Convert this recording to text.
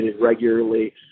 regularly